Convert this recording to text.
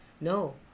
No